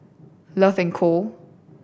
Love and Co